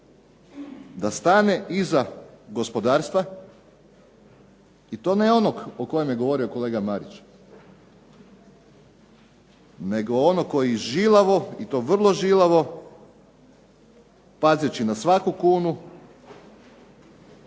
da stane iza gospodarstva i to ne onog o kojem je govorio kolega Marić nego onog koji žilavo i to vrlo žilavo, pazeći na svaku kunu,